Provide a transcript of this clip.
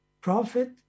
prophet